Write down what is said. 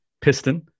Piston